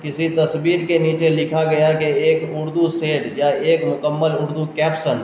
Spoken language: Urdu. کسی تصویر کے نیچے لکھا گیا کہ ایک اردو سیٹ یا ایک مکمل اردو کیپسن